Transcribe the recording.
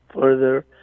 further